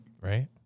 Right